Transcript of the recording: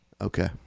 Okay